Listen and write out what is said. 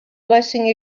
blessing